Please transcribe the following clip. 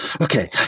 Okay